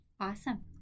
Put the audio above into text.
Awesome